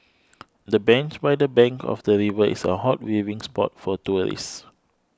the bench by the bank of the river is a hot viewing spot for tourists